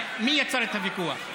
מי יצר את הוויכוח?